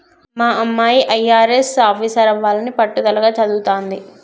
మా అమ్మాయి అయ్యారెస్ ఆఫీసరవ్వాలని పట్టుదలగా చదవతాంది